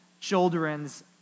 children's